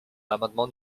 l’amendement